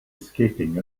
escaping